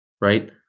right